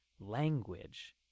language